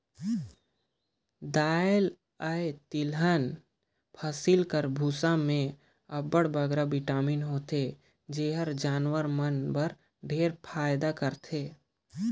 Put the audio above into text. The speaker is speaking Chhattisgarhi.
दाएल अए तिलहन फसिल कर बूसा में अब्बड़ बगरा बिटामिन होथे जेहर जानवर मन बर ढेरे फएदा करथे